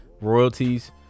Royalties